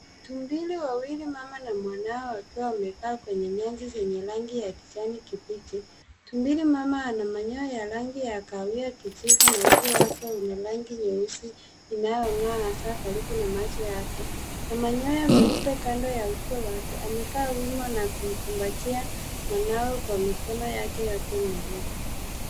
Tumbili wawili, mama na mwanawe wakiwa wamekaa kwenye nyasi yanye rangi ya kijani kibichi. Tumbili mama ana manyoya ya rangi ya kahawia kijivu na uso wake una rangi nyeusi inayong'aa, hasa karibu na macho yake na manyoya meupe kando ya uso wake. Amekaa wima na kumkumbatia mwanawe kwa mikono yake yote miwili.